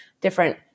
different